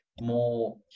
more